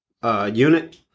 Unit